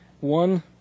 one